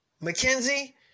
Mackenzie